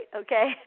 okay